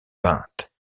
peinte